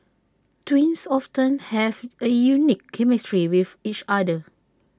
twins often have A unique chemistry with each other